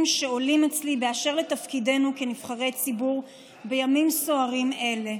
שעולים אצלי באשר לתפקידנו כנבחרי ציבור בימים סוערים אלה.